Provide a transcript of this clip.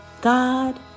God